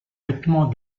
vêtement